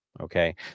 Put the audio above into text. Okay